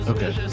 Okay